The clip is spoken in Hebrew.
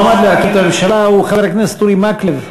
המועמד להקים את הממשלה הוא חבר הכנסת אורי מקלב,